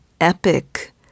epic